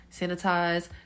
Sanitize